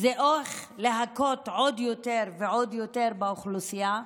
זה איך להכות עוד יותר ועוד יותר באוכלוסייה,